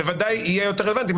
בוודאי יהיה יותר רלוונטי.